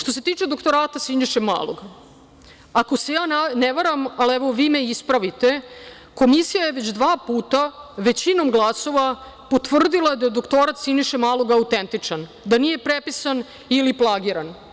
Što se tiče doktorata Siniše Malog, ako se ja ne varam, ali, evo, vi me ispravite, Komisija je već dva puta, većinom glasova, potvrdila da je doktorat Siniše Malog autentičan, da nije prepisan ili plagiran.